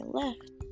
left